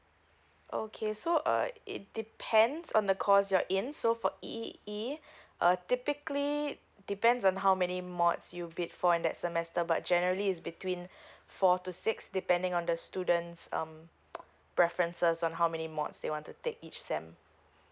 okay so uh it depends on the course you're in so for E_E_E uh typically depends on how many mods you'll be for in that semester but generally is between four to six depending on the students um preferences on how many mods they want to take each sem